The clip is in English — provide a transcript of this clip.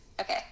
okay